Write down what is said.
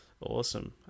awesome